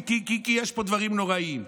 כי יש פה דברים נוראיים,